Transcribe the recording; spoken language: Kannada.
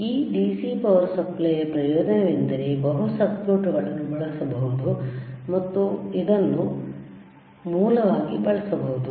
ಈ DC ಪವರ್ ಸಪ್ಲೈಯ ಪ್ರಯೋಜನವೆಂದರೆ ಬಹು ಸರ್ಕ್ಯೂಟ್ಗಳನ್ನು ಬಳಸಬಹುದು ಮತ್ತು ಇದನ್ನು ಮೂಲವಾಗಿ ಬಳಸಬಹುದು